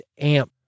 AMP